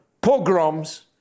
pogroms